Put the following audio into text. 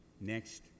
next